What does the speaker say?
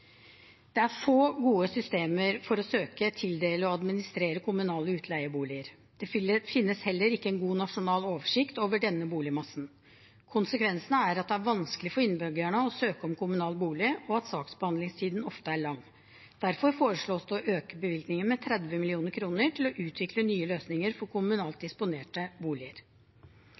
Det er få gode systemer for å søke, tildele og administrere kommunale utleieboliger. Det finnes heller ikke en god nasjonal oversikt over denne boligmassen. Konsekvensene er at det er vanskelig for innbyggerne å søke om kommunal bolig, og at saksbehandlingstiden ofte er lang. Derfor foreslås det å øke bevilgningen med 30 mill. kr til å utvikle nye løsninger for kommunalt disponerte boliger.